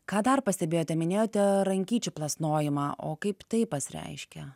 ką dar pastebėjote minėjote rankyčių plasnojimą o kaip tai pasireiškia